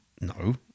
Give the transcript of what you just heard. No